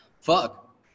fuck